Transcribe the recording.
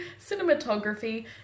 cinematography